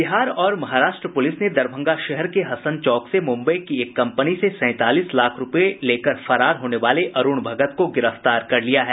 बिहार और महाराष्ट्र पुलिस ने दरभंगा शहर के हसन चौक से मुंबई की एक कंपनी से सैंतालीस लाख रुपये लेकर फरार होने वाले अरुण भगत को गिरफ्तार कर लिया है